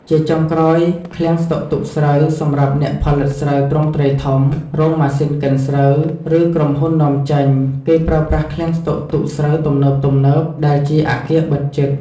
ជាចុងក្រោយឃ្លាំងស្តុកទុកស្រូវ សម្រាប់អ្នកផលិតស្រូវទ្រង់ទ្រាយធំ រោងម៉ាស៊ីនកិនស្រូវ ឬក្រុមហ៊ុននាំចេញ គេប្រើប្រាស់ឃ្លាំងស្តុកទុកស្រូវទំនើបៗ ដែលជាអគារបិទជិត ។